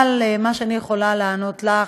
אבל מה שאני יכולה לענות לך,